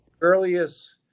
earliest